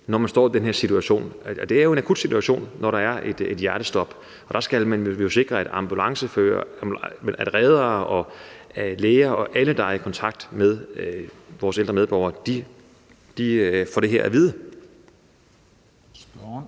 når man står i den her situation. Og det er jo en akut situation, når der er et hjertestop, og der skal man jo sikre, at ambulanceførere, reddere og læger – alle, der er i kontakt med vores ældre medborgere – får det her at vide. Kl.